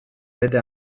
bete